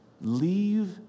leave